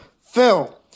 Phil